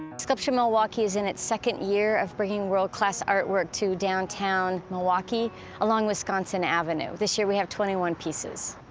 sculpture milwaukee is in its second year of bringing world-class artwork to downtown milwaukee along wisconsin avenue. this year we have twenty one pieces.